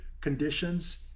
conditions